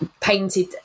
painted